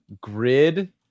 grid